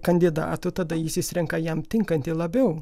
kandidatų tada jis išsirenka jam tinkantį labiau